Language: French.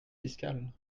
fiscale